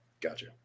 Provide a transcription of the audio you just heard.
Gotcha